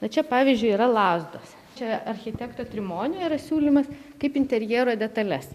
vat čia pavyzdžiui yra lazdos čia architekto trimonio yra siūlymas kaip interjero detales